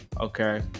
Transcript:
Okay